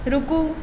रुकू